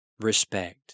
respect